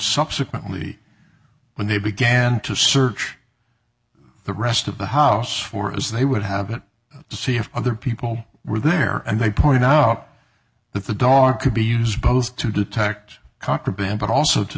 subsequently when they began to search the rest of the house for as they would have to see if other people were there and they pointed out that the dog could be used to detect contraband but also to